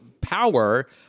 power